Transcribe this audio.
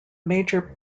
major